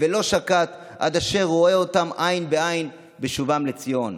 ולא שקט עד אשר ראה אותם עין בעין בשובם לציון.